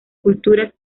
culturas